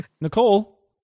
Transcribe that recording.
Nicole